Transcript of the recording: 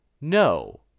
no